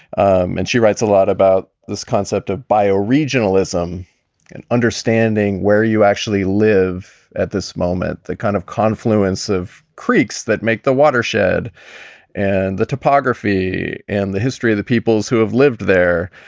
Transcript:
um and she writes a lot about this concept of bio regionalism and understanding where you actually live at this moment, the kind of confluence of creeks that make the watershed and the topography and the history of the peoples who have lived there.